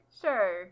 Sure